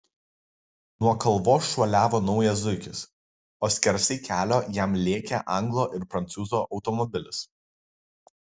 nuo kalvos šuoliavo naujas zuikis o skersai kelio jam lėkė anglo ir prancūzo automobilis